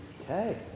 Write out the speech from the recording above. Okay